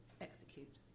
execute